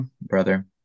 brother